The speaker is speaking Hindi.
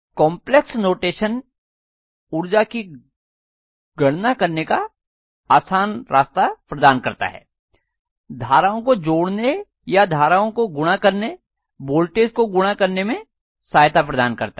काम्प्लेक्स नोटेशन ऊर्जा की गणना करने का आसान रास्ता प्रदान करता है धाराओं को जोड़ने या धाराओं को गुणा करने वोल्टेज को गुणा करने में सहायता प्रदान करता है